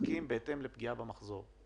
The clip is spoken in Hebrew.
לעסקים בהתאם לפגיעה במחזור.